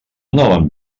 anaven